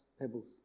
pebbles